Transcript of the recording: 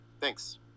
thanks